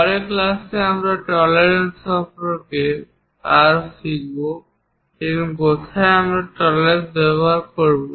পরের ক্লাসে আমরা টলারেন্স সম্পর্কে আরও শিখব এবং কোথায় আমরা এই টরারেন্সগুলি ব্যবহার করি